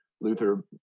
Luther